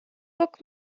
guck